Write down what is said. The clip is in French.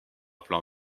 plan